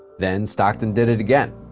then stockton did it again.